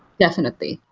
definitely.